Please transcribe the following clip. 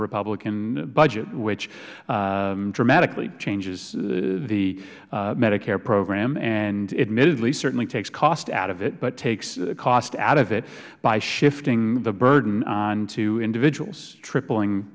republican budget which dramatically changes the medicare program and admittedly certainly takes cost out of it but takes cost out of it by shifting the burden onto individuals tripling